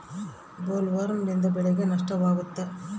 ಬೊಲ್ವರ್ಮ್ನಿಂದ ಬೆಳೆಗೆ ನಷ್ಟವಾಗುತ್ತ?